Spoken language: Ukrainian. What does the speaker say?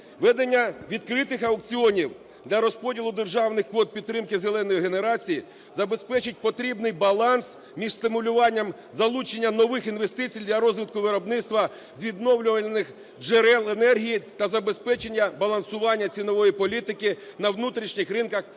Введення відкритих аукціонів для розподілу державних квот підтримки "зеленої" генерації забезпечить потрібний баланс між стимулюванням залучення нових інвестицій для розвитку виробництва з відновлювальних джерел енергії та забезпечення балансування цінової політики на внутрішніх ринках електричної